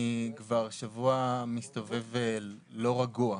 אני כבר שבוע מסתובב לא רגוע.